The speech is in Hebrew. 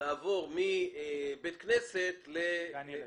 לעבור מבית כנסת לגן ילדים.